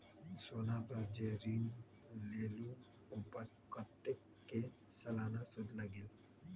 सोना पर जे ऋन मिलेलु ओपर कतेक के सालाना सुद लगेल?